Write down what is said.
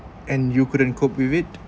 and you couldn't cope with it